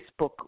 Facebook